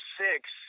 six